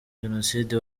jenoside